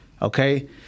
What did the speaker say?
Okay